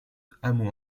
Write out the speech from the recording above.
hameaux